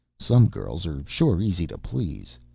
some girls are sure easy to please.